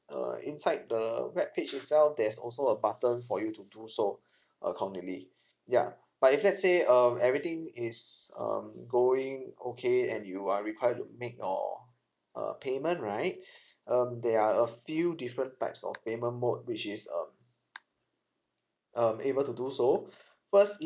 err inside the webpage itself there's also a button for you to do so accordingly ya but if let's say uh everything is um going okay and you are required to make your uh payment right um there are a few different types of payment mode which is um um able to do so first